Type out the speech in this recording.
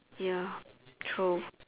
ya true